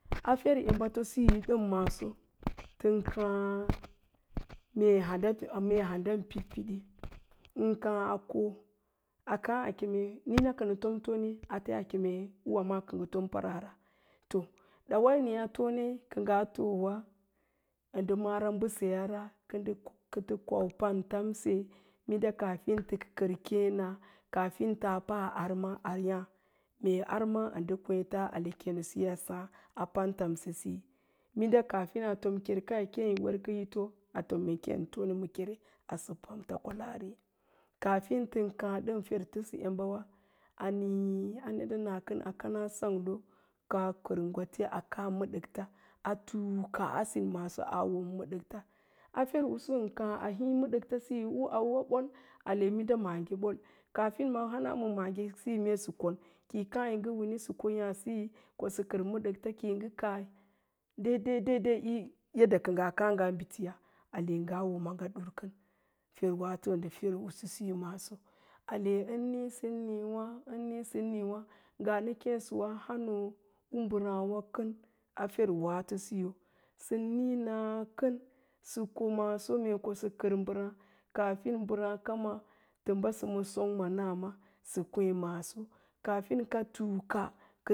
Afer embato masosiyo tən káá mee hanam piɗpiɗi ən káá a ko a káá a keme níína kəana tom tone, ate ai keme ííwámaa kə ngə tom paraara. Dawainiya tone kə ngaa toowa ə ndə mara mbəseyaara, kə tə kong pamtamse minda kaafin kə tə kər kééna, kaafin taa pa arma a yá, o mee arma ə ndə kwééta ale kéénosiyo a sáá a bad a pantamsesiyi, minɗa kaafin ka tom ker kaya kéé yin werkə hito, a tom tone ma kere a sək paints kwalaari. Kaafin tən káá ɗəm fer təsə embawa ən nííy` ɗenɗa nakən a koa sang koa kər gwate a kaa məɗəkta a tuukaa a sin maso a woma mədəkta. A fersiyo ka híi məɗəka minda'u auwewa ɓol maagewa ɓol kaafin hana ma maye siyi meesa kon, ki yi káá yi ngə wini sə yáásiso kosə kər məɗəkts ki yi ngə kaa dai dai dai yadda kə ngaa káá ngaa bitiua mee na wo maaga dur kən, fer waato ndə fer'usu maaso siso, maaso, ale ən níísən nííwá, ən níísən-nííwá ngaa nə kéésəwa hánóó umbərááwá kən a ferwaatosiyo. Sən níí nakən sə ko mee ko ə kər mbəráá kaafin mbəráá kama təm basə ma sangma naama sə kwéé maaso kaafin kə sə tuuka